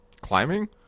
climbing